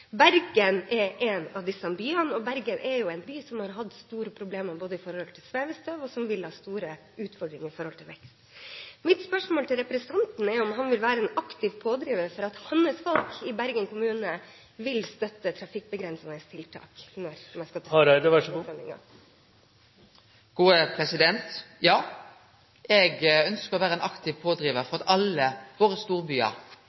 Bergen er en av disse byene. Bergen er en by som har hatt store problemer med svevestøv, og som vil ha store utfordringer knyttet til vekst. Mitt spørsmål til representanten er om han vil være en aktiv pådriver for at hans folk i Bergen kommune vil støtte trafikkbegrensende tiltak når neste … Ja, eg ønskjer å vere ein aktiv pådrivar for